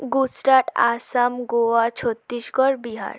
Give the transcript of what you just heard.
Gujarat Assam Goa Chhattisgarh Bihar